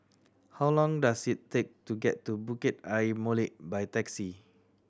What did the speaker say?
how long does it take to get to Bukit Ayer Molek by taxi